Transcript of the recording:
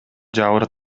жабыр